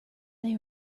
they